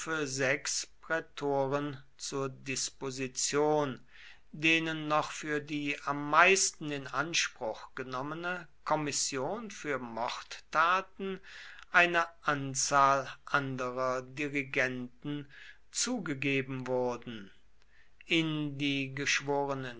sechs prätoren zur disposition denen noch für die am meisten in anspruch genommene kommission für mordtaten eine anzahl anderer dirigenten zugegeben wurden in die